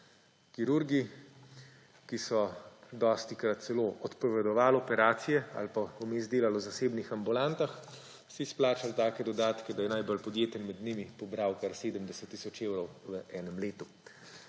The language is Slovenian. kirurgi, ki so dostikrat celo odpovedovali operacije ali pa vmes delali v zasebnih ambulantah, izplačali take dodatke, da je najbolj podjeten med njimi pobral kar 70 tisoč evrov v enem letu.